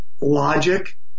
logic